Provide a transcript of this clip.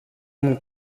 μου